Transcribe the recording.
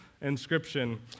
inscription